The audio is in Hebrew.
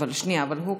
אבל הוא קודם.